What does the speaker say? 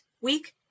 week